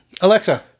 Alexa